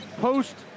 Post